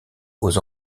aux